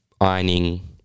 ironing